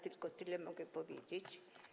Tylko tyle mogę powiedzieć.